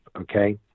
Okay